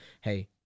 hey